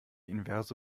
inverse